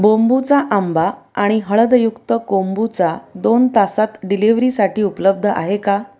बोंबूचा आंबा आणि हळदयुक्त कोंबूचा दोन तासात डिलिव्हरीसाठी उपलब्ध आहे का